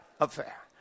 affair